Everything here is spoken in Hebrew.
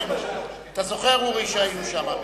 אתה זוכר אורי שהיינו שם?